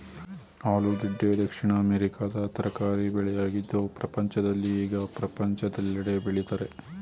ಆಲೂಗೆಡ್ಡೆ ದಕ್ಷಿಣ ಅಮೆರಿಕದ ತರಕಾರಿ ಬೆಳೆಯಾಗಿದ್ದು ಪ್ರಪಂಚದಲ್ಲಿ ಈಗ ಪ್ರಪಂಚದೆಲ್ಲೆಡೆ ಬೆಳಿತರೆ